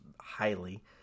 highly